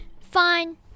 Fine